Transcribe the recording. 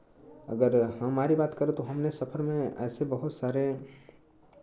अगर हमारी बात करें तो हमने सफ़र में ऐसे बहुत सारे